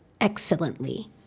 excellently